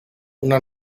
una